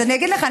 אז אני אגיד לך,